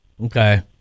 Okay